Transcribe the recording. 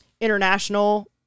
international